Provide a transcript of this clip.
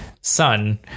son